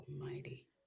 almighty